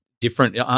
different